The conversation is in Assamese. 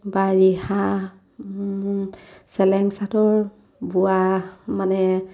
বা ৰিহা চেলেং চাদৰ বোৱা মানে